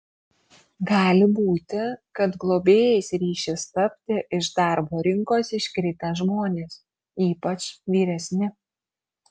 gali būti kad globėjais ryšis tapti iš darbo rinkos iškritę žmonės ypač vyresni